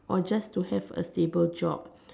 or just to have a stable job